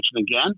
again